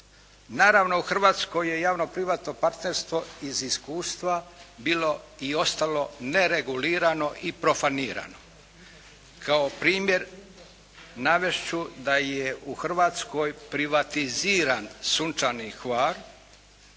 Naravno u Hrvatskoj je javno privatno partnerstvo iz iskustva bilo i ostalo neregulirano i profanirano. Kao primjer navest ću da je u Hrvatskoj privatiziran "Sunčani Hvar"